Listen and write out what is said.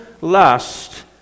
lust